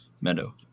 meadow